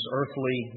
earthly